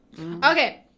Okay